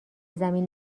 زمین